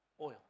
Oil